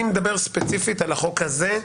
אני מדבר ספציפית על החוק הזה.